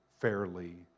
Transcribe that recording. fairly